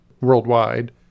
worldwide